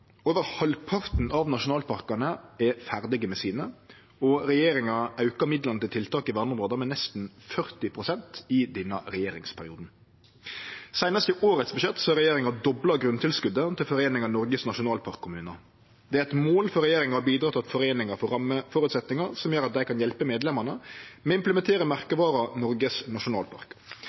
Over halvparten av nasjonalparkane er ferdige med sine, og regjeringa har auka midlane til tiltak i verneområda med nesten 40 pst. i denne regjeringsperioden. Seinast i årets budsjett har regjeringa dobla grunntilskotet til foreininga Noregs nasjonalparkkommunar. Det er eit mål for regjeringa å bidra til at foreininga får rammevilkår som gjer at dei kan hjelpe medlemene med å implementere merkevara Noregs